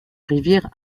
rivière